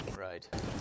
right